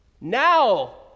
now